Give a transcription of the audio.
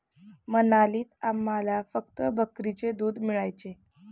मनालीत आम्हाला फक्त बकरीचे दूध मिळायचे